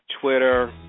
Twitter